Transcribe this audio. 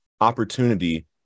opportunity